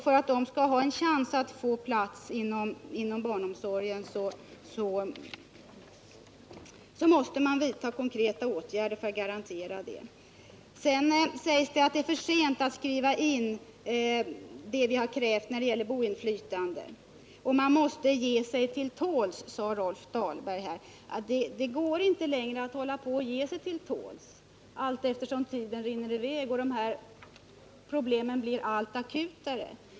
För att de skall ha en chans att få plats inom barnomsorgen måste man vidta konkreta åtgärder. Vidare sägs det att det är för sent att skriva in det som vi har krävt när det gäller boinflytande. Man måste ge sig till tåls, sade Rolf Dahlberg. Det går inte längre att hålla på och ge sig till tåls medan tiden rinner i väg och de här problemen blir allt akutare.